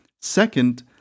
Second